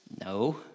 No